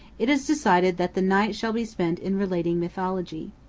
it is decided that the night shall be spent in relating mythology.